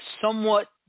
somewhat